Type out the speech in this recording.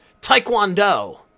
Taekwondo